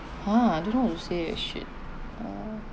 ha don't know how to say eh shit uh